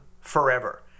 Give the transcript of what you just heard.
forever